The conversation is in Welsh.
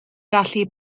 gallu